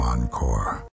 Encore